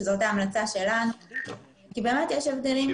שזאת ההמלצה שלנו כי באמת יש הבדלים.